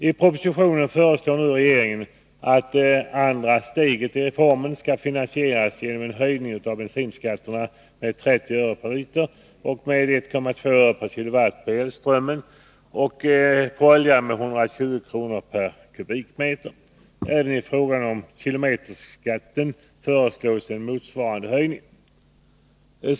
I propositionen föreslår nu regeringen att andra steget i reformen skall finansieras genom höjning av bensinskatten med 30 öre per liter, med 1,2 öre per KWh på elströmmen och 120 kronor per kubikmeter på oljan. I fråga om kilometerskatten föreslås en motsvarande höjning.